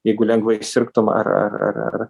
jeigu lengvai sirgtum ar ar ar ar